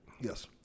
Yes